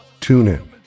TuneIn